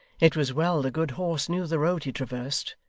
it was well the good horse knew the road he traversed,